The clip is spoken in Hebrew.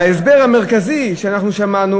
וההסבר המרכזי שאנחנו שמענו,